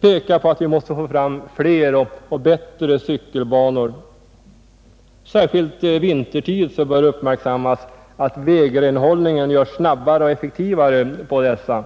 understryker angelägenheten av att vi får fram fler och bättre cykelbanor. Särskilt vintertid bör uppmärksammas att vägrenhållningen görs snabbare och effektivare på dessa.